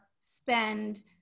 spend